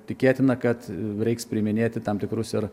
tikėtina kad reiks priiminėti tam tikrus ir